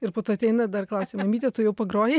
ir po to ateina dar klausia mamyte tu jau pagrojai